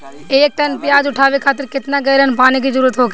एक टन प्याज उठावे खातिर केतना गैलन पानी के जरूरत होखेला?